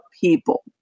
people